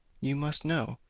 you must know,